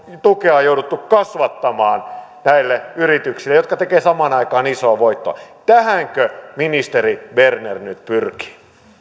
tukea on jouduttu kasvattamaan näille yrityksille jotka tekevät samaan aikaan isoa voittoa tähänkö ministeri berner nyt pyrkii